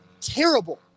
Terrible